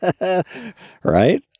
Right